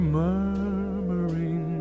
murmuring